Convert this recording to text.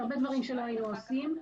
הרבה דברים שלא היינו עושים.